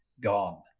gone